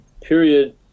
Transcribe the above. period